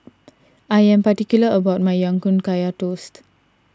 I am particular about my Ya Kun Kaya Toast